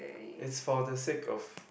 it's for the sake of